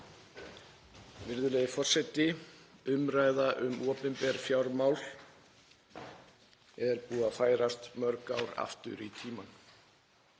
Virðulegi forseti. Umræða um opinber fjármál er búin að færast mörg ár aftur í tímann.